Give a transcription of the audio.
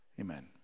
Amen